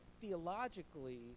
theologically